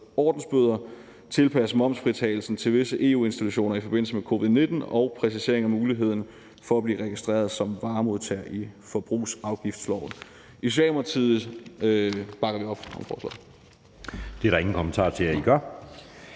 ordensbøder, tilpasse momsfritagelsen for visse EU-institutioner i forbindelse med covid-19 og præcisere muligheden for at blive registreret som varemodtager i forbrugsafgiftsloven. I Socialdemokratiet bakker vi op om forslaget.